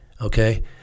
okay